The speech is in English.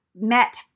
met